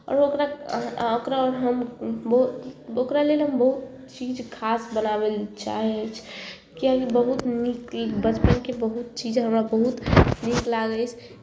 आओर ओकरा अ अ ओकरा हम बहुत ओकरा लेल हम बहुत चीज खास बनाबय लए चाहै छी किएकि बहुत नीक बचपनके बहुत चीज हमरा बहुत नीक लागै अछि